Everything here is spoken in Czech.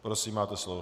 Prosím, máte slovo.